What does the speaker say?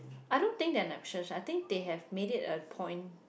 I don't think they're Naches I think they have make it a point